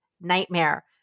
nightmare